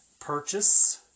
purchase